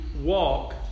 walk